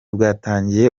bwatangiye